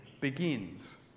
begins